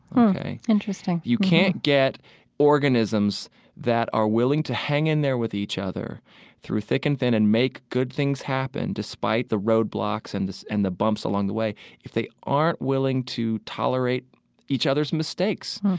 hmm. interesting you can't get organisms that are willing to hang in there with each other through thick and thin and make good things happen despite the roadblocks and and the bumps along the way if they aren't willing to tolerate each other's mistakes.